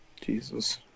Jesus